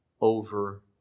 over